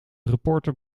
reporter